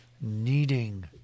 needing